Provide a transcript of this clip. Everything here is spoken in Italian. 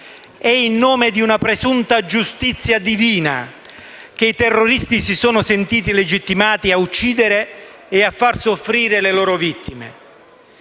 è in nome di una presunta giustizia divina che i terroristi si sono sentiti legittimati a uccidere e a far soffrire le loro vittime.